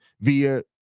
via